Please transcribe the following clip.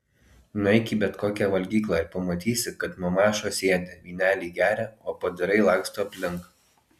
nueik į bet kokią valgyklą ir pamatysi kad mamašos sėdi vynelį geria o padarai laksto aplink